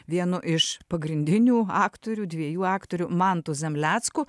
vienu iš pagrindinių aktorių dviejų aktorių mantu zemlecku